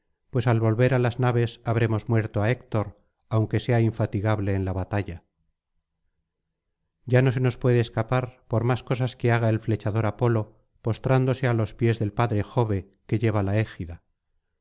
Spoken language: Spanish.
pues al volver á las naves habremos muerto á héctor aunque sea infatigable en la batalla ya no se nos puede escapar por más cosas que haga el flechador apolo postrándose á los pies del padre jove que lleva la égida